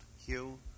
Hugh